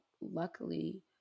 luckily